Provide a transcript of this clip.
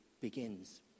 begins